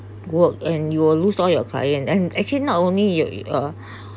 work and you will lose all your client and actually not only y~ y~ uh